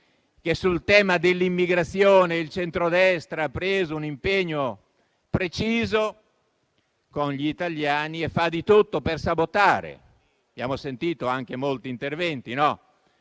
che sul tema dell'immigrazione il centrodestra ha preso un impegno preciso con gli italiani e fa di tutto per sabotare. Abbiamo sentito anche molti interventi. Fino